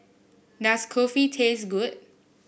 does Kulfi taste good